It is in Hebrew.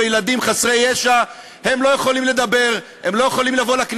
קשישה או ניצולי שואה שמטפלים בהם ומתעללים בהם כל